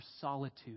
solitude